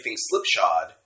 slipshod